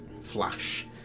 flash